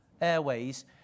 airways